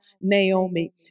Naomi